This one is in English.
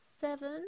seven